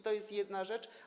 To jest jedna rzecz.